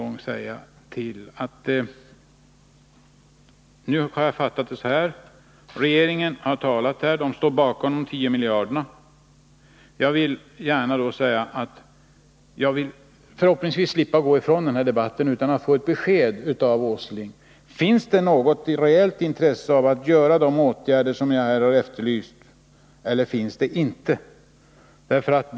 Jag har fattat det hela så här: regeringen har talat här, och den står bakom de 10 miljarderna. Jag vill då gärna säga att jag hoppas slippa gå ifrån den debatten utan att få ett besked av Nils Åsling: Finns det något reellt intresse av att vidta de åtgärder som jag här har efterlyst eller finns det inte det?